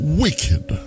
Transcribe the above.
wicked